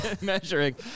Measuring